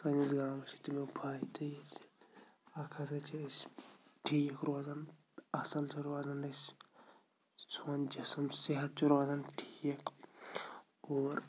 سٲنِس گامَس یُتھُے اَکھ ہسا چھِ أسۍ ٹھیٖک روزان اَصٕل چھِ روزان أسۍ سون جِسِم صحت چھُ روزان ٹھیٖک اور